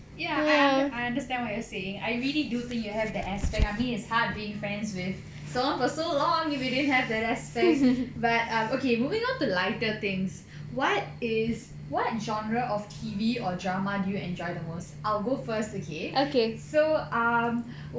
ya I understand what you're saying I really do think you have the aspect I mean it's hard being friends with someone for so long if you didn't have the aspect but um okay moving on the lighter things what is what genre of T_V or drama do you enjoy the most I'll go first okay so um